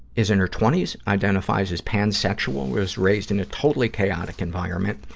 is in her twenty s, identifies as pansexual, was raised in a totally chaotic environment.